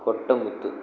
கொட்டை முத்து